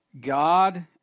God